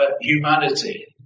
humanity